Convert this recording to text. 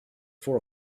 for